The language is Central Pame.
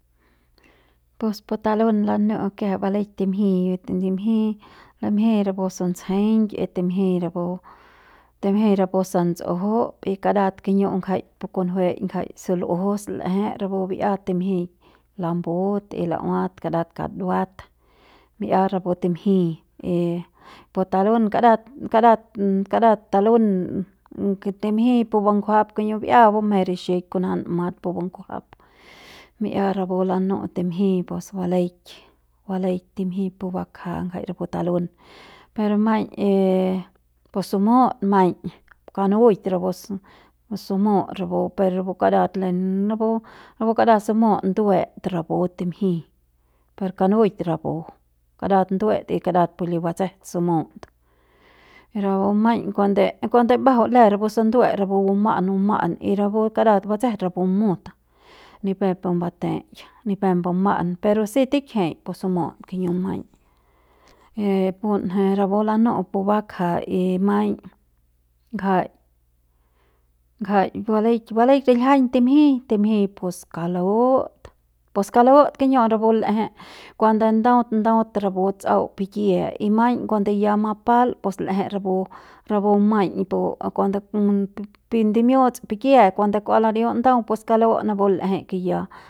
Pus pu talun lanu'ut kiajai baleik timji tim nimji namji rapu se suntsjeiñ kiet timjiñ rapu timjiñ rapu se satsuju y karat kiñu'u ngjai pu kunjuei ngjai se lulju l'ejei rapu bi'iat timjik lambu y la'uat karat kaduat mi'ia rapu timjik y pu talun karat karat karat talun timjik pu bangjuap kiñu mi'ia bumjeiñ rixiñ kunja mat pu bungjuap mi'ia rapu lanu'u timjik pus baleik baleik timjik pu bakja ngjai rapu talun per maiñ y pu sumu'ut maiñ kanuik rapu si sumu'ut rapu per rapu karat lem rapu rpu karat sumu'ut nduet rapu timji per kanuik rapu karat nduet y karat pu li batseje sumu'ut pero maiñ kuande kuande mbajau let rapu se nduet rapu buma'an buma'an y rapu kara batse'je rapu mut ni pep pu bateik ni pep mbuma'an pero si tikjik pu sumu'ut kiñu maiñ y punje rapu lanu'u pu bakja y maiñ ngjai ngjai balik balik riljiaiñ timjik timji pu skalut pu skalut kiñu'u rapu l'eje kuande ndaut ndaut rapu ts'au pikie y maiñ kuande ya mapal pus l'eje rapu rapu maiñ pu kuande bien ndimiu'uts pikie cuando kua ladiu ndau pu skalu napu l'eje ke ya.